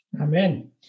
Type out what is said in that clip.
Amen